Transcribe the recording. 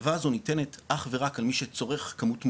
ההטבה הזו ניתנת אך ורק למי שצורך כמות מוגברת,